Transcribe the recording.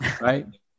right